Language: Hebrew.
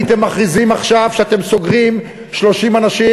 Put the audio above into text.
הייתם מכריזים עכשיו שאתם סוגרים 30 אנשים,